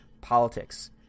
politics